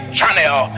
channel